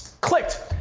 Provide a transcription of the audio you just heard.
clicked